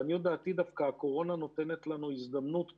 לעניות דעתי, דווקא הקורונה נותנת לנו הזדמנות פה.